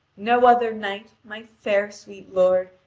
no other knight, my fair sweet lord,